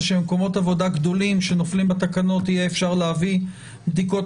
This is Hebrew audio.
של מקומות עבודה גדולים שיהיה אפשר להביא לשם בדיקות.